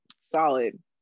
solid